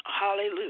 Hallelujah